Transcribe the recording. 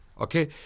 Okay